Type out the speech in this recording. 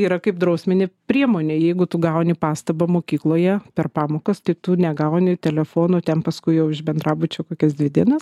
yra kaip drausminė priemonė jeigu tu gauni pastabą mokykloje per pamokas tai tu negauni telefono ten paskui jau iš bendrabučio kokias dvi dienas